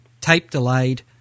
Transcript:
tape-delayed